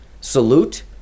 salute